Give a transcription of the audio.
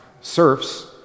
serfs